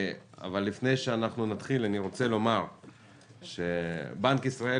לפני שנתחיל אני רוצה לומר שבנק ישראל